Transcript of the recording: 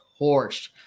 torched